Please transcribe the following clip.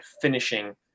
finishing